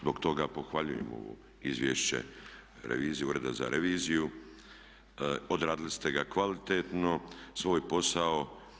Zbog toga pohvaljujem ovo izvješće revizije, Ureda za reviziju, odradili ste ga kvalitetno svoj posao.